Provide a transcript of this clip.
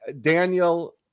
Daniel